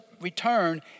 return